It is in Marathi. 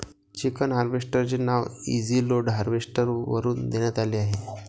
चिकन हार्वेस्टर चे नाव इझीलोड हार्वेस्टर वरून देण्यात आले आहे